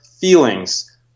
feelings